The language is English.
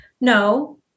No